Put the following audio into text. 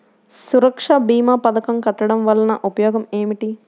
సురక్ష భీమా పథకం కట్టడం వలన ఉపయోగం ఏమిటి?